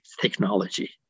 technology